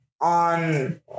On